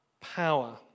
power